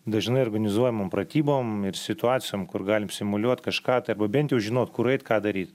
dažnai organizuojamom pratybom ir situacijom kur galim simuliuot kažką tai arba bent jaut žino kur eit ką daryt